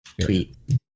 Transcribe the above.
Tweet